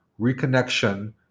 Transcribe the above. Reconnection